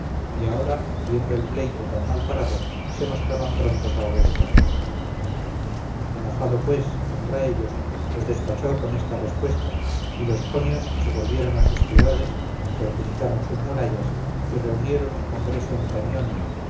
y ahora viendo el pleito tan mal parado se mostraban prontos a obedecerle enojado pues contra ellos los despachó con esta respuesta y los jonios se volvieron a sus ciudades fortificaron sus murallas y reunieron un congreso en